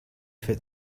fit